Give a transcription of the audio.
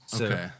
Okay